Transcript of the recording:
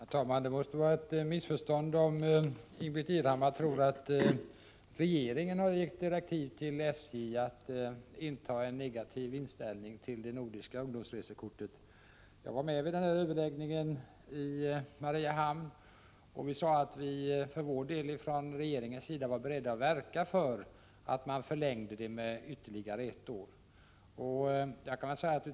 Herr talman! Det måste vara ett missförstånd om Ingbritt Irhammar tror att regeringen har gett direktiv till SJ att inta en negativ hållning till det nordiska ungdomsresekortet. Jag var med vid överläggningarna i Mariehamn, och då sade vi att vi från regeringens sida var beredda att verka för att verksamheten med det här kortet förlängdes ytterligare ett år.